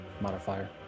modifier